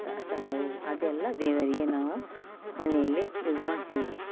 ದಾಸವಾಳ ಹೂ ಅದೆಲ್ಲ ದೇವರಿಗೆ ನಾವು ಮನೆಯಲ್ಲಿ ಇದು ಮಾಡ್ತೇವೆ